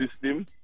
system